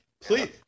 please